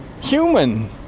human